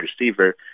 receiver